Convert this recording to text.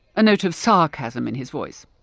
a note of sarcasm in his voice.